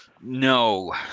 no